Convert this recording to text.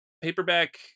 Paperback